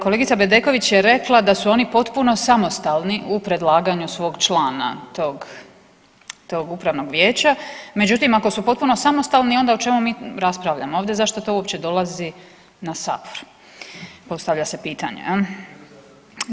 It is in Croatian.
Kolegica Bedeković je rekla da su oni potpuno samostalni u predlaganju svog člana tog upravnog vijeća, međutim ako su potpuno samostalni onda o čemu mi raspravljamo ovdje, zašto to uopće dolazi na sabor postavlja se pitanje jel.